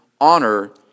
honor